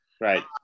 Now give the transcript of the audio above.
Right